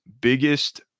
biggest